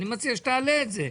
אני מציע שתעלה את זה.